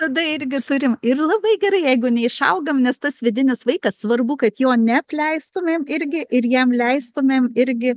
tada irgi turim ir labai gerai jeigu neišaugam nes tas vidinis vaikas svarbu kad jo neapleistumėm irgi ir jam leistumėm irgi